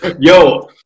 Yo